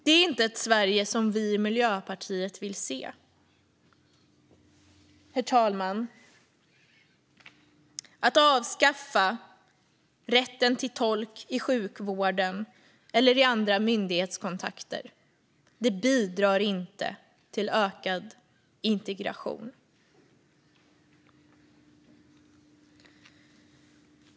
Detta är inte ett Sverige som vi i Miljöpartiet vill se. Herr talman! Att avskaffa rätten till tolk i sjukvården eller vid myndighetskontakter bidrar inte till ökad integration.